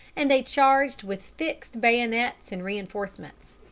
and they charged with fixed bayonets and reinforcements.